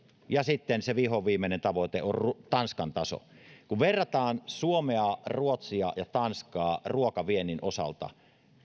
ja sitten se vihoviimeinen tavoite on tanskan taso kun verrataan suomea ruotsia ja tanskaa ruokaviennin osalta